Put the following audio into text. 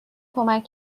کمک